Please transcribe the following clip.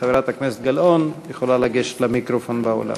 חברת הכנסת גלאון יכולה לגשת למיקרופון באולם.